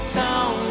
town